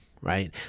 right